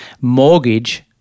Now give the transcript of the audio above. mortgage